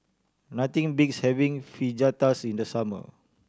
nothing beats having Fajitas in the summer